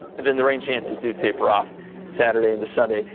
then the rain chances do taper off saturday into sunday.